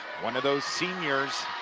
one of those seniors